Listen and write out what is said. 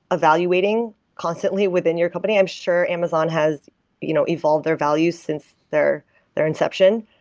evaluating constantly within your company. i'm sure amazon has you know evolved their values since their their inception.